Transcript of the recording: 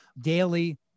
daily